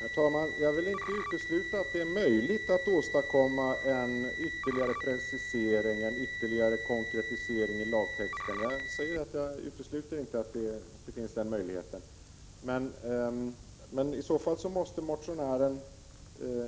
Herr talman! Jag vill inte utesluta att det är möjligt att åstadkomma en ytterligare precisering och konkretisering av lagtexten. Jag säger att jag inte utesluter den möjligheten. Men i så fall måste motionären,